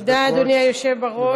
תודה, אדוני היושב-ראש.